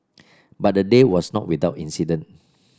but the day was not without incident